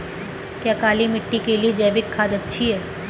क्या काली मिट्टी के लिए जैविक खाद अच्छी है?